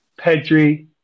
Pedri